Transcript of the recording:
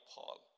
Paul